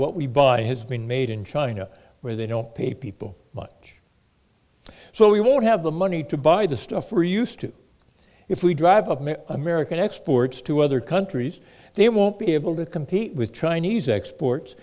what we buy has been made in china where they don't pay people much so we won't have the money to buy the stuff we're used to if we drive up american exports to other countries they won't be able to compete with chinese exports